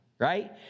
Right